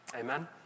Amen